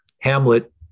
hamlet